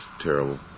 terrible